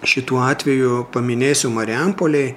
šituo atveju paminėsiu marijampolėj